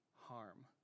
harm